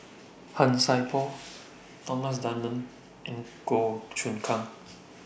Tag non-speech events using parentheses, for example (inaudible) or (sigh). (noise) Han Sai Por Thomas Dunman and Goh Choon Kang